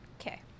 okay